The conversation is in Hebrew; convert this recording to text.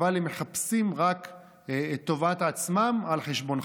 אבל הם מחפשים רק את טובת עצמם על חשבונך,